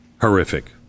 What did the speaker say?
Horrific